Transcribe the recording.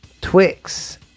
Twix